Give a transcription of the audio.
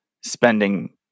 spending